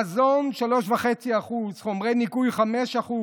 מזון, 3.5%; חומרי ניקוי, 5%,